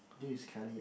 this is Kelly ah